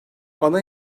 ana